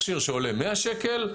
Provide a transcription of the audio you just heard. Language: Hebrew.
מכשיר שעולה 100 שקל,